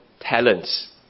talents